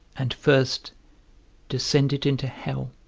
and first descended into hell,